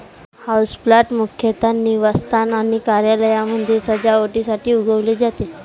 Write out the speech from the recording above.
houseplant मुख्यतः निवासस्थान आणि कार्यालयांमध्ये सजावटीसाठी उगवले जाते